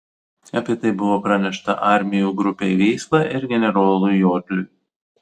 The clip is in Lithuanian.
apie tai buvo pranešta armijų grupei vysla ir generolui jodliui